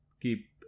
keep